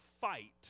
fight